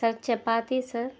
sir chapati sir